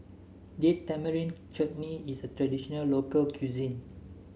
Date Tamarind Chutney is a traditional local cuisine